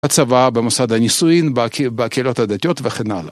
הצבא, במוסד הנישואין, בקהילות הדתיות וכן הלאה.